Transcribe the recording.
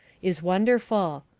is wonderful.